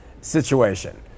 situation